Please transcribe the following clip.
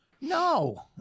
No